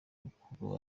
ukumva